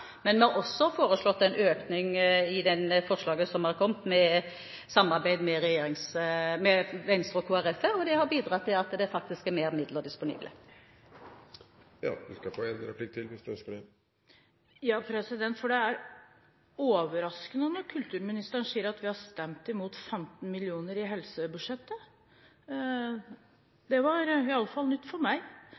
men vi har også en økning i det forslaget som har kommet i samarbeid med Venstre og Kristelig Folkeparti. Det har bidratt til at det faktisk er mer midler disponible. Det er overraskende når kulturministeren sier at vi har stemt imot 15 mill. kr på helsebudsjettet. Det var iallfall nytt for meg.